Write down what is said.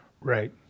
Right